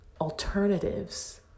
alternatives